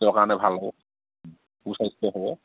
তেওঁৰ কাৰণে ভাল হ'ব সু স্বাস্থ্য হ'ব